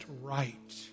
right